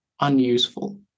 unuseful